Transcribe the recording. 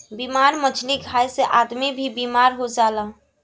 बेमार मछली खाए से आदमी भी बेमार हो जाला